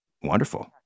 Wonderful